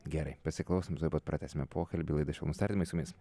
gerai pasiklausom tuoj pat pratęsime pokalbį laida švelnūs tardymai su jumis